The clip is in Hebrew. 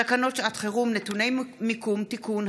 תקנות שעת חירום (נתוני מיקום) (תיקון),